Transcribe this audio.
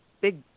big